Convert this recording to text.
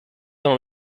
dans